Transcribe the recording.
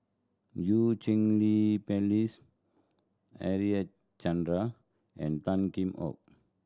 Eu Cheng Li Phyllis Harichandra and Tan Kheam Hock